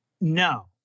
No